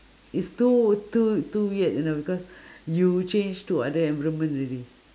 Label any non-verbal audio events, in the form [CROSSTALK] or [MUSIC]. it's too too too weird you know because [BREATH] you change to other environment already